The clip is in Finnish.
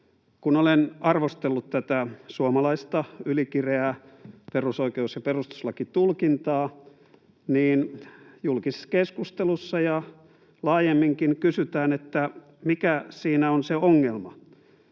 Kun olen arvostellut tätä suomalaista ylikireää perusoikeus- ja perustuslakitulkintaa, niin julkisessa keskustelussa ja laajemminkin kysytään, mikä siinä on se ongelma.